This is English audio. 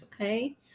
okay